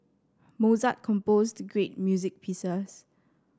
Mozart composed great music pieces